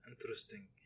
interesting